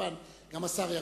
וכמובן גם השר ירחיב.